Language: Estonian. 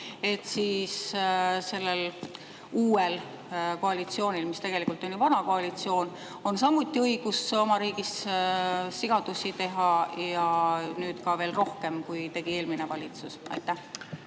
siis uuel koalitsioonil, mis tegelikult on ju vana koalitsioon, on samuti õigus oma riigis sigadusi teha ja veel rohkemgi, kui tegi eelmine valitsus? Aitäh,